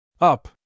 Up